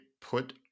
put